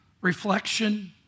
reflection